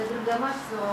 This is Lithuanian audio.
dirbdama su